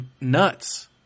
nuts